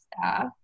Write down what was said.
staff